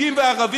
והשנייה,